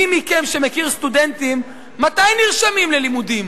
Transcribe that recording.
מי מכם שמכיר סטודנטים, מתי נרשמים ללימודים?